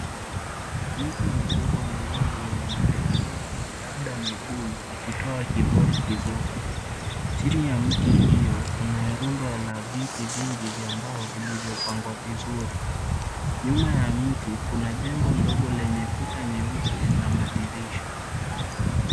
Miti mikubwa miwili yenye majani mingi labda mibuyu ikitoa kihuri kizuri. Chini ya mti hiyo kuna rundo la viti vingi vya mbao vilivyopangwa vizuri. Nyuma ya mti kuna jengo ndogo lenye kuta nyeupe na madirisha.